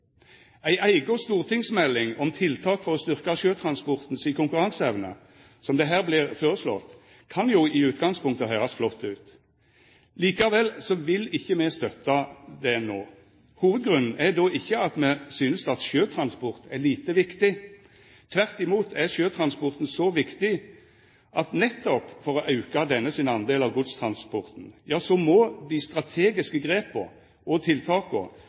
Ei eiga stortingsmelding om tiltak for å styrkja sjøtransporten si konkurranseevne, som her vert føreslått, kan jo i utgangspunktet høyrast flott ut. Likevel vil ikkje me støtta det no. Hovudgrunnen er ikkje at me synest at sjøtransport er lite viktig. Tvert imot er sjøtransporten så viktig at nettopp for å auka sjøtransporten sin andel av godstransporten må dei strategiske grepa og tiltaka